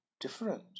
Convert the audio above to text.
different